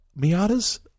Miata's